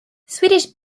swedish